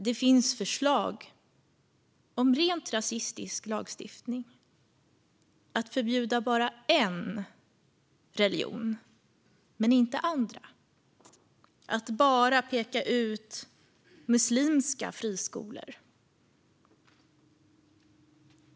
Det finns förslag till rent rasistisk lagstiftning, nämligen om att förbjuda en religion men inte andra - att peka ut enbart muslimska friskolor.